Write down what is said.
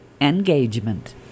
engagement